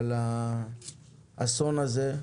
אבל האסון הזה,